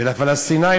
ולפלסטינים,